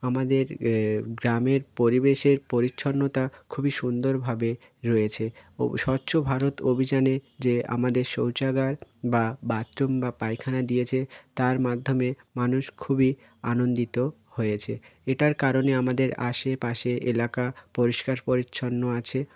আমাদের গ্রামের পরিবেশের পরিছন্নতা খুবই সুন্দরভাবে রয়েছে ও স্বচ্ছ ভারত অভিযানে যে আমাদের শৌচাগার বা বাথরুম বা পায়খানা দিয়েছে তার মাধ্যমে মানুষ খুবই আনন্দিত হয়েছে এটার কারণে আমাদের আশেপাশে এলাকা পরিষ্কার পরিচ্ছন্ন আছে